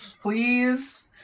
Please